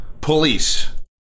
police